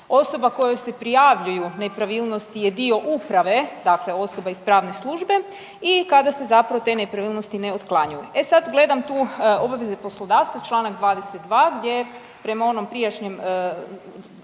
osoba kojoj se prijavljuju nepravilnosti je dio uprave, dakle osoba iz pravne službe i kada se zapravo te nepravilnosti ne otklanjaju. E sad, gledam tu obaveze poslodavca, čl. 22, gdje prema onom prijašnjem